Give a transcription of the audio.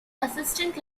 assistant